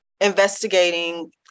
investigating